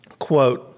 quote